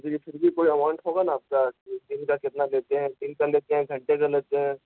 ٹھیک ہے پھر بھی کوئی اماؤنٹ ہوگا آپ کا دن کا کتنا لیتے ہیں دن کا لیتے ہیں گھنٹے کا لیتے ہیں